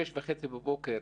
בשש וחצי בבוקר,